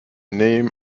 name